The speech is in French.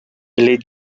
les